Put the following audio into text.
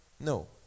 No